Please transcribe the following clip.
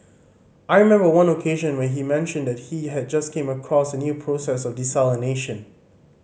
I remember one occasion when he mentioned that he had just came across a new process of desalination